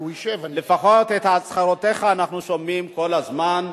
לפחות את הצהרותיך אנחנו שומעים כל הזמן,